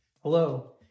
Hello